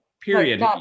Period